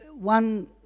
one